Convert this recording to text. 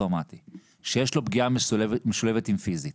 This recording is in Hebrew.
טראומתי שיש לו פגיעה משולבת עם פיזית